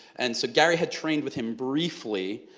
and so gary had trained with him briefly.